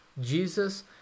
Jesus